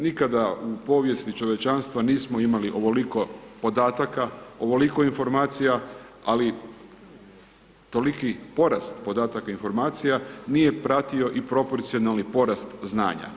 Nikada u povijesti čovječanstva nismo imali ovoliko podataka, ovoliko informacija, ali toliki porast podataka informacija nije pratio i proporcionalni porast znanja.